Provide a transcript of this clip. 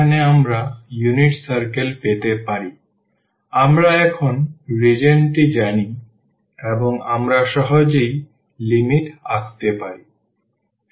সুতরাং আমরা এখন রিজিওনটি জানি এবং আমরা সহজেই লিমিট আঁকতে পারি